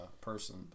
person